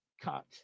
cut